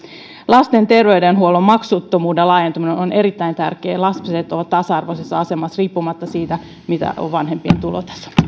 lasten terveydenhuollon maksuttomuuden laajentuminen on erittäin tärkeää lapset ovat tasa arvoisessa asemassa riippumatta siitä mitä on vanhempien tulotaso